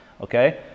Okay